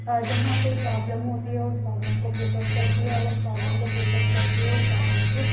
جہاں کوئی پرابلم ہوتی ہے وہ اُس پرابلم کو فوکس کرتی ہے اور اُس پرابلم کو فوکس کر کے اُس پرابلم کو